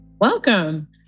Welcome